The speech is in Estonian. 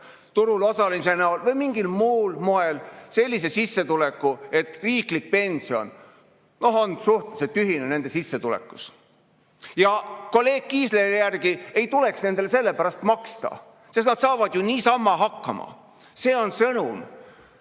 osalemise näol või mingil muul moel sellise sissetuleku, et riiklik pension on suhteliselt tühine nende sissetulekus. Kolleeg Kiisleri järgi ei tuleks nendele selle pärast maksta, sest nad saavad ju niisama hakkama. See on sõnum